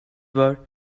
were